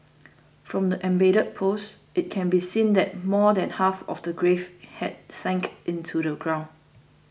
from the embedded post it can be seen that more than half of the grave had sunk into the ground